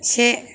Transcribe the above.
से